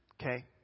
okay